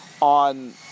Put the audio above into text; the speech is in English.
on